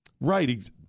Right